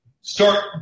start